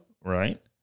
right